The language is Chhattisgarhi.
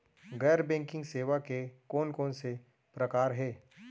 गैर बैंकिंग सेवा के कोन कोन से प्रकार हे?